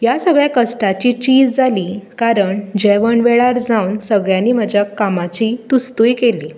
ह्या सगळ्या कश्टाची चीज जाली कारण जेवण वेळार जावन सगल्यांनी म्हज्या कामाची तुस्तूय केली